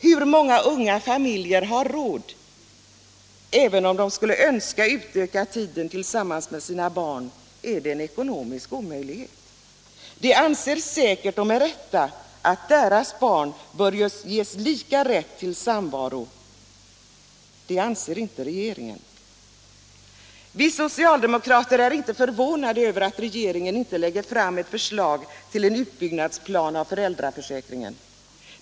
Hur många unga barnfamiljer har råd med det? Även om de skulle önska att utöka tiden tillsammans med sina barn är det en ekonomisk omöjlighet. De anser säkert och med rätta att deras barn bör ges lika rätt till samvaro som andras. Det anser inte regeringen. Vi socialdemokrater är inte förvånade över att regeringen inte lägger fram ett förslag till en utbyggnadsplan för föräldraförsäkringen.